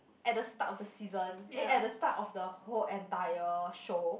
at the start of the season eh at the start of the whole entire show